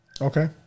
Okay